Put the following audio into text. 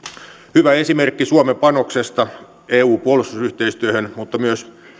hyvä esimerkki suomen panoksesta eu puolustusyhteistyöhön mutta myös